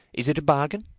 is it a bargain?